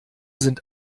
sind